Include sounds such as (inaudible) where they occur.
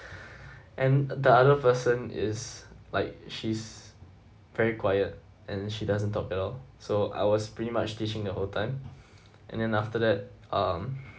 (breath) and the other person is like she's very quiet and she doesn't talk at all so I was pretty much teaching the whole time and then after that um